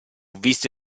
visto